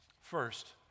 First